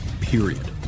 period